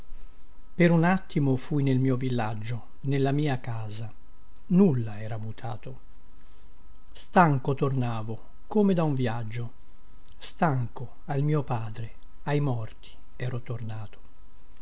per un attimo fui nel mio villaggio nella mia casa nulla era mutato stanco tornavo come da un vïaggio stanco al mio padre ai morti ero tornato